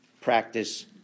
practice